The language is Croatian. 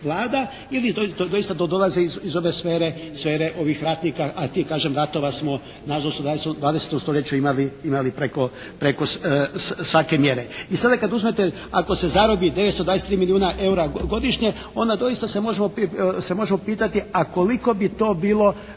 Vlada ili doista dolazi iz ove sfere, sfere ovih ratnika a tih kažem ratova smo nažalost u 20. stoljeću imali preko svake mjere. I sada kad uzmete ako se zarobi 923 milijuna eura godišnje onda doista se možemo pitati a koliko bi to bilo